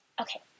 Okay